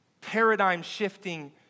paradigm-shifting